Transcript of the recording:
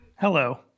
Hello